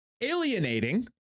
alienating